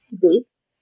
debates